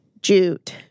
Jute